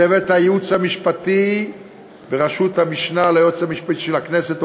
צוות הייעוץ המשפטי בראשות המשנה ליועץ המשפטי של הכנסת,